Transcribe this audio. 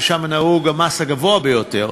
ושם נהוג המס הגבוה ביותר,